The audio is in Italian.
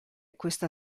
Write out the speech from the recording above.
questa